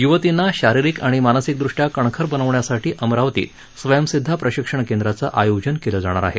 य्वतींना शारिरीक आणि मानसिकदृष्ट्या कणखर बनवण्यासाठी अमरावतीत स्वयंसिदधा प्रशिक्षण केंद्राचं आयोजन केलं जाणार आहे